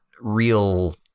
real